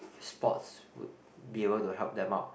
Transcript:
sports would be able to help them out